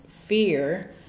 fear